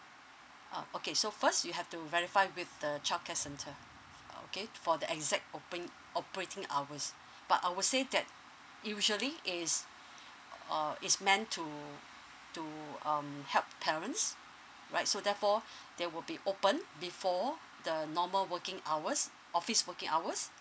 ah okay so first you have to verify with the childcare centre ah okay for the exact oping operating hours but I will say that usually is uh is meant to to um help parents right so therefore they will be opened before the normal working hours office working hours